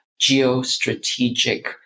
geostrategic